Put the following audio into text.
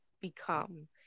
become